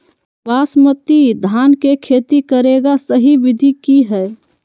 बासमती धान के खेती करेगा सही विधि की हय?